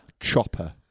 Chopper